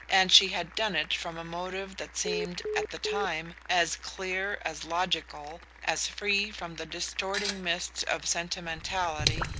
and she had done it from a motive that seemed, at the time, as clear, as logical, as free from the distorting mists of sentimentality,